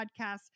podcasts